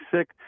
sick